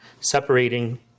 separating